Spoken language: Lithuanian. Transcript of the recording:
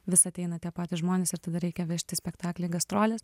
vis ateina tie patys žmonės ir tada reikia vežti spektaklį į gastroles